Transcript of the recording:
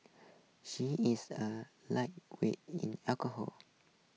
she is a lightweight in alcohol